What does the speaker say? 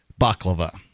baklava